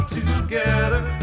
together